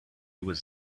was